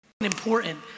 Important